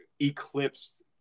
eclipsed